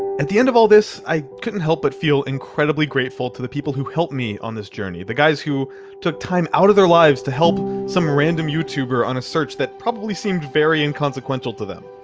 at the end of all this, i couldn't help but feel incredibly grateful to the people who helped me on this journey the guys who took time out of their lives to help some random youtuber on a search that probably seemed very inconsequential for them.